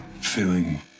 feeling